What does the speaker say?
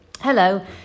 Hello